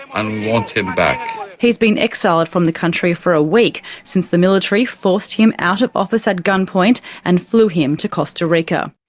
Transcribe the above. and we want him back. he's been exiled from the country for a week since the military forced him out of office at gunpoint and flew him to costa rica.